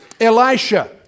Elisha